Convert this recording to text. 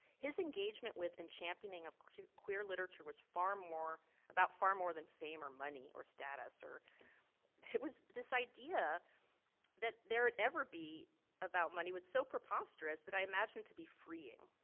his engagement with and championing of queer literature was far more about far more than fame or money or status or it was this idea that there would ever be about money with so preposterous that i imagined to be freeing.